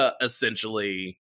essentially